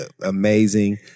amazing